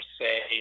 say